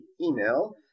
email